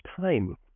time